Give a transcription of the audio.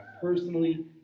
personally